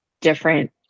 different